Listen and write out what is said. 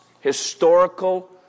historical